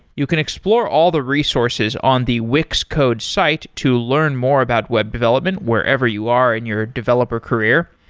you can explore all the resources on the wix code site to learn more about web development wherever you are in your developer career.